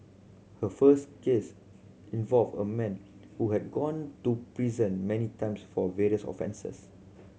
her first case involved a man who had gone to prison many times for various offences